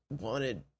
wanted